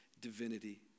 divinity